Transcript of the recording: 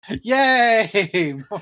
Yay